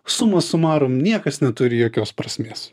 suma sumarum niekas neturi jokios prasmės